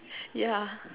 yeah